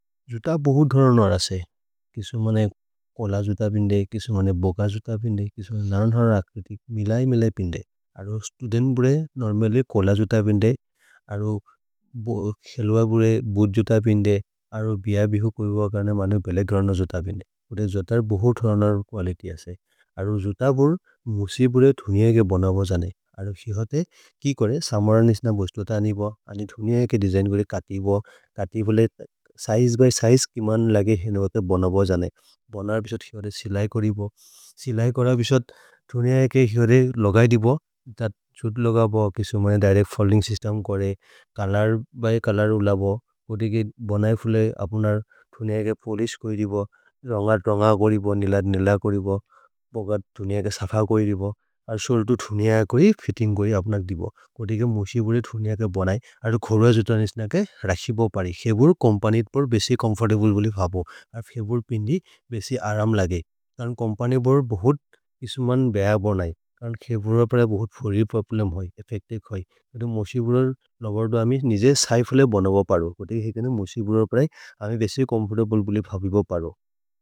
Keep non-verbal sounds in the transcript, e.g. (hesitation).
जुत बोहुत् धोन नर से, किसि मेने कोल जुत बिन्दे, किसि मेने बोक जुत बिन्दे। किसि मेने नन नर अक्रितिक्, मिल इमेले बिन्दे। अधो (hesitation) स्तुदेन्ब्रे, नोर्मेले, कोल जुत बिन्दे। अधो खेल्व बोहुत् जुत बिन्दे, अधो बिय भिहो कोइ भ कन मेने भेले ग्रन जुत बिन्दे। उदे जोतर् बोहुत् धोन नर कुअलित्य से, अधो जुत बोहुत् मुसि बोह्रे धुनिये के बन बोह् जने। अधो हि होते, कि कोरे, समर् निस्न बोस्तो तनि बोह्। अनि धुनिये के देसिग्न् गोरे कति बोह्, कति बोह्ले। सिजे ब्य् सिजे किमन् लगे हिनबोते बोनो बोह् जने। भोनर् भिसत् हि ओरे सिलेइ कोरि बोह्। सिलेइ कोर भिसत् धुनिये के हि ओरे लोगै दि बोह्। तत् छुत् लोग बोह्, किसि मेने दिरेक् फल्लिन्ग् स्य्स्तेम् कोरे। कलर् भए कलर् उल बोह्। ओदे के बोनै बोह्ले अपुनर् धुनिये के पोलिचे कोइ दि बोह्। रन्गर् रन्गर् कोइ दि बोह्, निल निल कोइ दि बोह्। भोग धुनिये के सफ कोइ दि बोह्। अर्शोर्तु धुनिये कोइ फित्तिन्ग् कोइ अपुनर् दि बोह्। कोते के मोशि बोह्ले धुनिये के बोनै। अधो कोर झुतने स्नक रह्सि बोह् परि। खे बोह्ले कोम्पनित् बोह् बेसि कोम्फोर्ते बोह्ले भ बोह्। अ फ्हे बोह्ले पिन् दि बेसि आरन्ग् लगे। अन् कोम्पनित् बोह्ले बोह्ले इस्मन् बय बोनै। अन् खे बोह्ले परि बोह्ले फोरि पोह्ले म्होइ, एफेक्ते खोइ। अधो मोशि बोह्ले लोग बोह्, निशे सिफ्ले बोह् बोह् परो। कोते के केने मोशि बोह्ले परि, अमे बेसि कोम्फोर्ते बोह्ले बोह् बोह् परो।